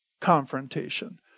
confrontation